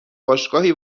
باشگاهی